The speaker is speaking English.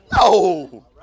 No